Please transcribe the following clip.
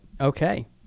Okay